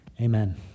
Amen